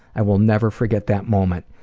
i will never forget that moment.